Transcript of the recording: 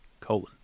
colon